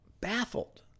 baffled